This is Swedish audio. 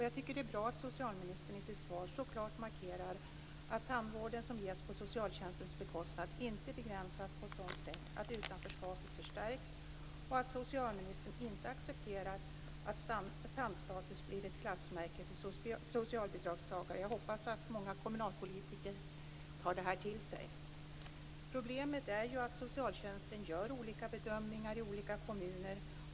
Jag tycker att det är bra att socialministern i sitt svar så klart markerar att tandvård som ges på socialtjänstens bekostnad inte begränsas på sådant sätt att utanförskapet förstärks och att socialministern inte accepterar att tandstatus blir ett klassmärke för socialbidragstagare. Jag hoppas att många kommunalpolitiker tar det till sig. Problemet är att socialtjänsten gör olika bedömningar i olika kommuner.